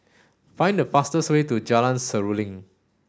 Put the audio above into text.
find the fastest way to Jalan Seruling